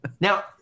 Now